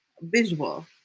visual